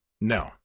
No